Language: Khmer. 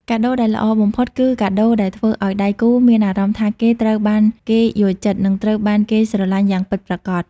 កាដូដែលល្អបំផុតគឺកាដូដែលធ្វើឱ្យដៃគូមានអារម្មណ៍ថាគេត្រូវបានគេយល់ចិត្ត និងត្រូវបានគេស្រឡាញ់យ៉ាងពិតប្រាកដ។